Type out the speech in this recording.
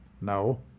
No